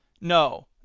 No